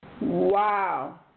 Wow